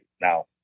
now